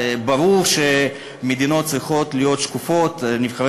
זה ברור שמדינות צריכות להיות שקופות ונבחרי